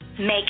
Make